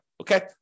Okay